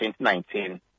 2019